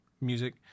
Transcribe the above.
music